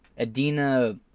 Adina